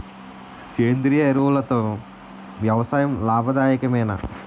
సేంద్రీయ ఎరువులతో వ్యవసాయం లాభదాయకమేనా?